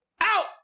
out